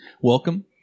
Welcome